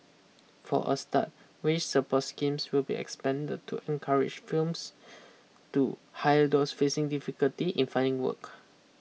for a start wage support schemes will be expanded to encourage firms to hire those facing difficulty in finding work